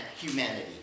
humanity